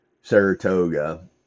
Saratoga